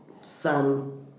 sun